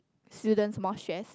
students more stress